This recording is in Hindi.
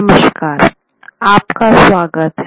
नमस्कार आपका स्वागत है